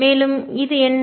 மேலும் இது என்ன